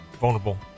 vulnerable